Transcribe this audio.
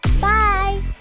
Bye